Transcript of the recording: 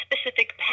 specific